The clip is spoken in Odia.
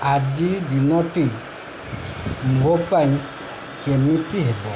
ଆଜି ଦିନଟି ମୋ ପାଇଁ କେମିତି ହେବ